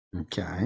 okay